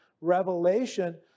Revelation